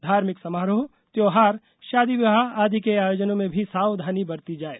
धार्मिक समारोह त्योहार शादी विवाह आदि के आयोजनों में भी सावधानी बरती जाये